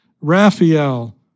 Raphael